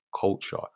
culture